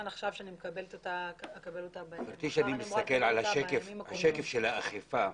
כשאני מסתכל על השקף של האכיפה,